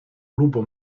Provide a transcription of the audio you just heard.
lupo